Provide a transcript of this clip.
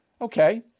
Okay